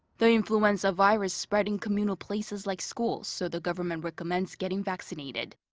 the influenza virus spreads in communal places like schools, so the government recommends getting vaccinated.